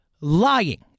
lying